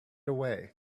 away